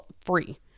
free